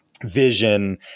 vision